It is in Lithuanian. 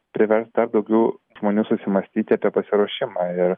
privers dar daugiau žmonių susimąstyti apie pasiruošimą ir